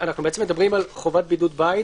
אנחנו מדברים על חובת בידוד בית,